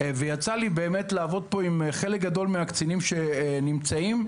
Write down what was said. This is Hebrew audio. ויצא לי לעבוד עם חלק גדול מהקצינים שנמצאים פה.